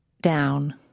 down